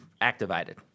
activated